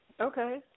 Okay